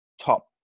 top